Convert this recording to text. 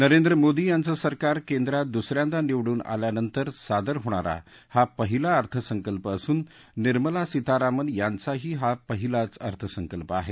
नरेंद्र मोदी यांचं सरकार केंद्रात दुसऱ्यांदा निवडून आल्यानंतर सादर होणारा हा पहिला अर्थसंकल्प असून निर्मला सीतारामन यांचाही हा पहिलाच अर्थसंकल्प आहे